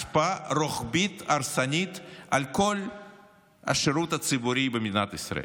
השפעה רוחבית הרסנית על כל השירות הציבורי במדינת ישראל.